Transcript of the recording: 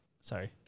Sorry